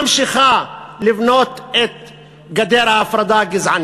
ממשיכה לבנות את גדר ההפרדה הגזענית,